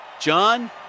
John